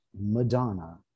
Madonna